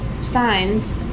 Steins